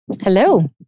Hello